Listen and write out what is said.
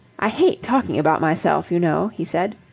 i hate talking about myself, you know, he said.